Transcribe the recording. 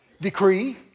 Decree